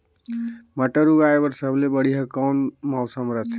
मटर उगाय बर सबले बढ़िया कौन मौसम रथे?